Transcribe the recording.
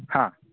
ಹಾಂ